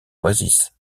oasis